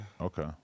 Okay